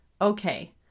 okay